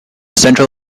central